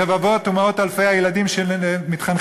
רבבות ומאות אלפי הילדים שמתחנכים